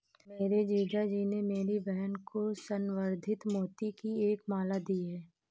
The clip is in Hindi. मेरे जीजा जी ने मेरी बहन को संवर्धित मोती की एक माला दी है